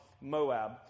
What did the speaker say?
Moab